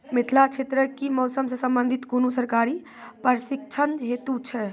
मिथिला क्षेत्रक कि मौसम से संबंधित कुनू सरकारी प्रशिक्षण हेतु छै?